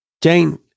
Jane